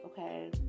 okay